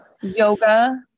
Yoga